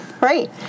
Right